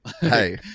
hey